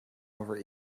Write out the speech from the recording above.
over